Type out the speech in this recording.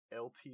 lt